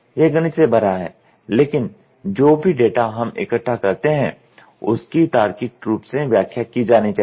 यह गणित से भरा है लेकिन जो भी डेटा हम इकट्ठा करते हैं उसकी तार्किक रूप से व्याख्या की जानी चाहिए